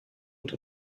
und